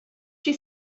she